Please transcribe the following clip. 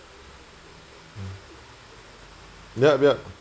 hmm yup yup